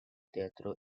teatro